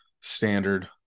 standard